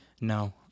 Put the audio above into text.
no